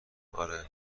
آره